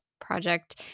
project